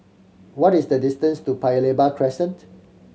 what is the distance to Paya Lebar Crescent